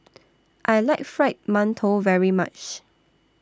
I like Fried mantou very much